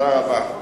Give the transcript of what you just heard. תודה רבה.